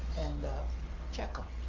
and check em.